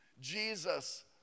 Jesus